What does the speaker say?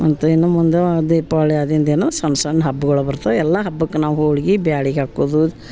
ಮತ್ತು ಇನ್ನೂ ಮುಂದೆ ದೀಪಾವಳಿ ಆದಿನ ದಿನ ಸಣ್ಣ ಸಣ್ಣ ಹಬ್ಬಗಳು ಬರ್ತವೆ ಎಲ್ಲ ಹಬ್ಬಕ್ಕೂ ನಾವು ಹೋಳ್ಗೆ ಬ್ಯಾಳೆ ಹಾಕುವುದು